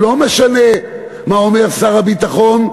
לא משנה מה אומר שר הביטחון,